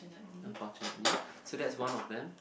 unfortunately so that's one of them